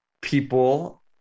people